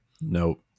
Nope